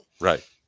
Right